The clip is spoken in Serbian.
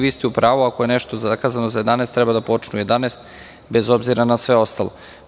Vi ste u pravu ako je nešto zakazano za 11.00 časova treba da počne u 11.00 časova, bez obzira na sve ostalo.